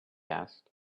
asked